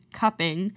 cupping